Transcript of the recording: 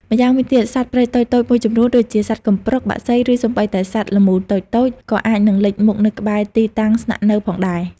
ម្យ៉ាងវិញទៀត សត្វព្រៃតូចៗមួយចំនួន ដូចជាសត្វកំប្រុក បក្សី ឬសូម្បីតែសត្វល្មូនតូចៗ ក៏អាចនឹងលេចមុខនៅក្បែរទីតាំងស្នាក់នៅផងដែរ។